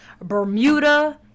Bermuda